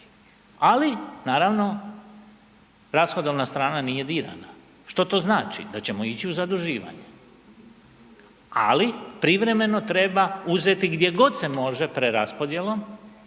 ali naravno, rashodovna strana nije dirana. Što to znači? Da ćemo ići u zaduživanje ali privremeno treba uzeti gdje god se može preraspodjelom